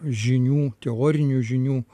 žinių teorinių žinių